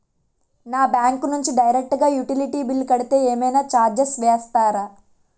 నా బ్యాంక్ నుంచి డైరెక్ట్ గా యుటిలిటీ బిల్ కడితే ఏమైనా చార్జెస్ వేస్తారా?